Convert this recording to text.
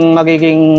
magiging